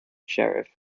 sheriff